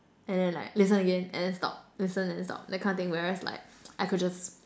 and then like listen again and then stop listen then stop that kind of thing whereas like I could just